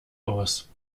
aus